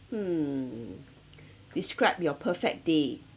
describe your perfect day